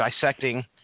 dissecting